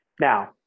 now